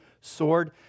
sword